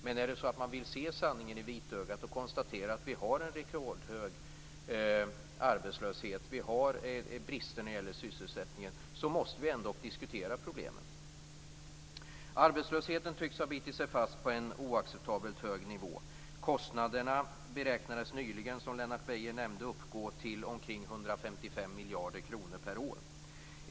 Men om man vill se sanningen i vitögat och konstatera att vi har en rekordhög arbetslöshet, vi har brister i sysselsättningen, måste vi ändock diskutera problemen. Arbetslösheten tycks ha bitit sig fast på en oacceptabelt hög nivå. Kostnaderna beräknades nyligen - miljarder kronor per år.